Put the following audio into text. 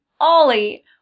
Ollie